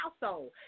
household